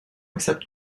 accept